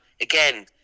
again